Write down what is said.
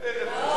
לא,